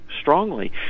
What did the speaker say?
strongly